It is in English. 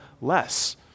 less